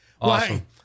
Awesome